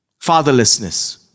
Fatherlessness